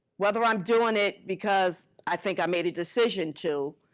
whether i'm doing it because i think i made a decision to.